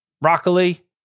broccoli